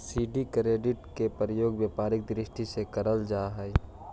syndicated के प्रयोग व्यापारिक दृष्टि से करल जा हई